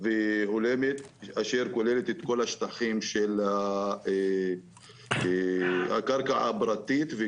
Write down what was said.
והולמת שכוללת את כל השטחים של הקרקע הפרטית.